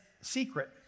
secret